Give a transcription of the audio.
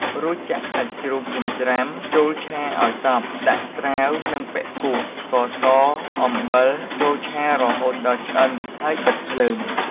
រួចចាក់សាច់ជ្រូកចិញ្ច្រាំចូលឆាឱ្យសព្វ ដាក់ត្រាវនិងបុិកួៈ ស្ករស អំបិលចូលឆារហូតដល់ឆ្អិន ហើយបិទភ្លើង។